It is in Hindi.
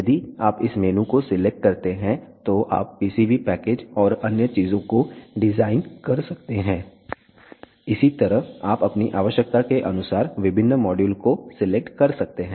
यदि आप इस मेनू को सिलेक्ट करते हैं तो आप PCB पैकेज और अन्य चीजों को डिजाइन कर सकते हैं इसी तरह आप अपनी आवश्यकता के अनुसार विभिन्न मॉड्यूल को सिलेक्ट कर सकते हैं